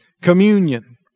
Communion